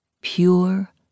Pure